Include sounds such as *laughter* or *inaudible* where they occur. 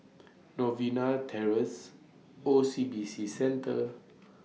*noise* Novena Terrace O C B C Centre